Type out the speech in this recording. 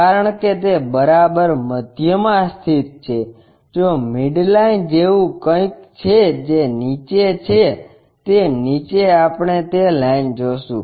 કારણ કે તે બરાબર મધ્યમાં સ્થિત છે જો મિડલાઇન જેવું કંઇક છે જે નીચે છે તે નીચે આપણે તે લાઈન જોશું